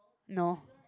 no